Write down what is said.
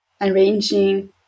arranging